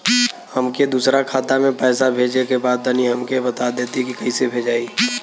हमके दूसरा खाता में पैसा भेजे के बा तनि हमके बता देती की कइसे भेजाई?